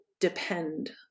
depend